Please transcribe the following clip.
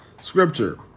scripture